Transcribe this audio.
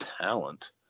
talent